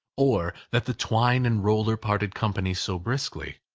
or that the twine and roller parted company so briskly,